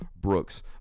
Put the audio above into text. Brooks